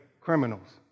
criminals